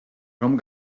რომ